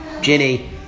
Ginny